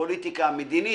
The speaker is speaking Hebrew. פוליטיקה מדינית,